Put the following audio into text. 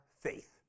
faith